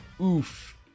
Oof